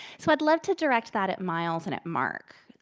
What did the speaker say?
so i'd love to direct that at myles and at marc.